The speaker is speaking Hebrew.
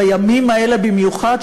בימים האלה במיוחד,